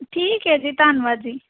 ਠੀਕ ਹੈ ਜੀ ਧੰਨਵਾਦ ਜੀ